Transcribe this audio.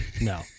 no